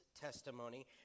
testimony